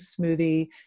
smoothie